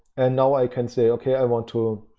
and now i can say okay, i want to